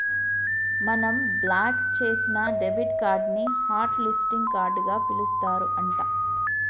మనం బ్లాక్ చేసిన debit card ని హట్ లిస్టింగ్ కార్డుగా పిలుస్తారు అంట